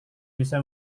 bisa